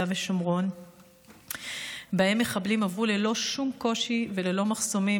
ושומרון שבהם מחבלים עברו ללא שום קושי וללא מחסומים